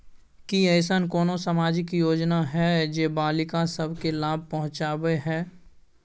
की ऐसन कोनो सामाजिक योजना हय जे बालिका सब के लाभ पहुँचाबय हय?